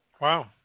Wow